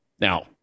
Now